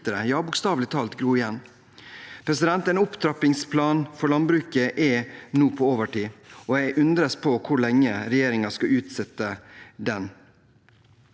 ja, bokstavelig talt gro igjen. En opptrappingsplan for landbruket er nå på overtid, og jeg undres på hvor lenge regjeringen skal utsette den.